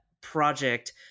project